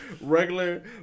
regular